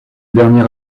dernier